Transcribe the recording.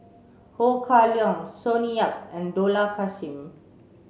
Ho Kah Leong Sonny Yap and Dollah Kassim